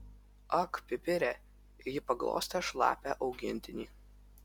ak pipire ji paglostė šlapią augintinį